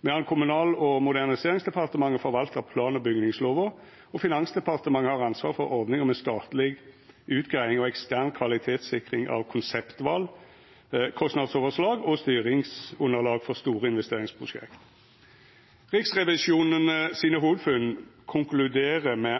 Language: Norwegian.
medan Kommunal- og moderniseringsdepartementet forvaltar plan- og bygningslova og Finansdepartementet har ansvaret for ordninga med statleg utgreiing og ekstern kvalitetssikring av konseptval, kostnadsoverslag og styringsunderlag for store investeringsprosjekt. Riksrevisjonen sine hovudfunn konkluderer med: